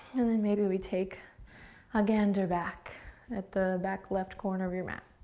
and then maybe we take a gander back at the back left corner of your mat.